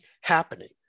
happening